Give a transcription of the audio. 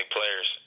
Players